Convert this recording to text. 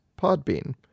Podbean